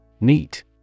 Neat